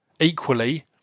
equally